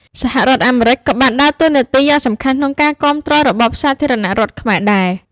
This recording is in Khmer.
សហរដ្ឋអាមេរិក ក៏បានដើរតួនាទីយ៉ាងសំខាន់ក្នុងការគាំទ្ររបបសាធារណរដ្ឋខ្មែរដែរ។